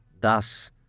Thus